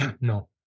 no